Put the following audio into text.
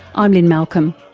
i'm lynne malcolm,